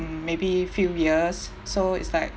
maybe few years so it's like